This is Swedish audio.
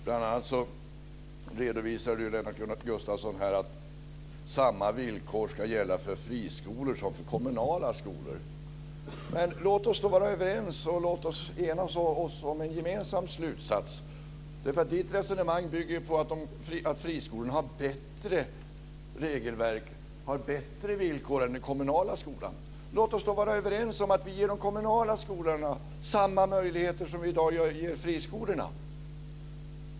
Bl.a. redovisar Lennart Gustavsson att samma villkor ska gälla för friskolor som för kommunala skolor. Låt oss då ena oss om en gemensam slutsats. Lennart Gustavssons resonemang bygger på att friskolorna har bättre regelverk och villkor än den kommunala skolan. Låt oss då vara överens om att vi ger de kommunala skolorna samma möjligheter som vi i dag ger friskolorna.